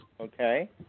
Okay